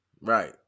Right